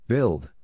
Build